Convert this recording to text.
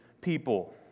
people